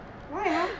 why uh